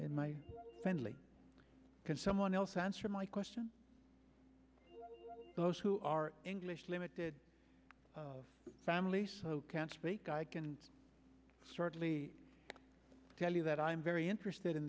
in my family can someone else answer my question those who are english limited families can speak i can certainly tell you that i am very interested in